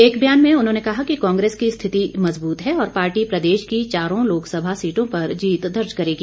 एक ब्यान में उन्होंने कहा कि कांग्रेस की स्थिति मजबूत है और पार्टी प्रदेश की चारो लोक सभा सीटों पर जीत दर्ज करेगी